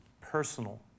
personal